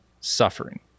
suffering